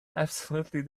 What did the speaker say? absolutely